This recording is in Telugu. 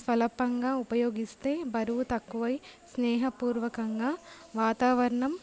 స్పల్పంగా ఉపయోగిస్తే బరువు తక్కువ అయ్యి స్నేహపూర్వకంగా వాతావరణం